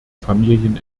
familien